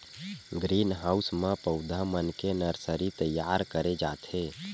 green house म पउधा मन के नरसरी तइयार करे जाथे